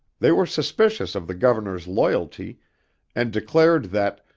they were suspicious of the governor's loyalty and declared that,